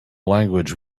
language